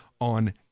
on